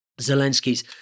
Zelensky's